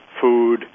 food